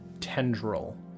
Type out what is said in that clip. tendril